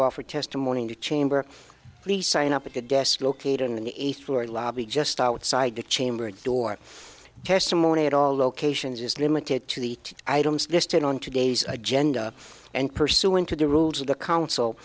offer testimony chamber please sign up at the desk located in the eighth floor lobby just outside the chamber door testimony at all locations is limited to the items listed on today's agenda and pursuant to the rules of the counsel